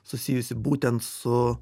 susijusi būtent su